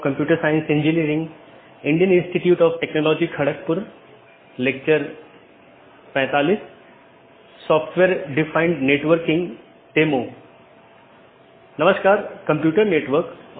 जैसा कि हम पिछले कुछ लेक्चरों में आईपी राउटिंग पर चर्चा कर रहे थे आज हम उस चर्चा को जारी रखेंगे